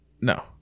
No